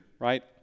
right